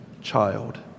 child